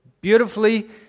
beautifully